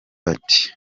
bati